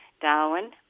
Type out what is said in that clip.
Darwin